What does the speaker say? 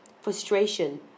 frustration